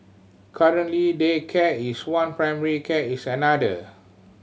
currently daycare is one primary care is another